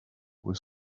with